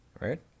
right